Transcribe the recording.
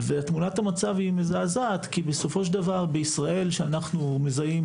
ותמונת המצב היא מזעזעת כי בסופו של דבר בישראל כשאנחנו מזהים,